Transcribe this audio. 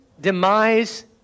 demise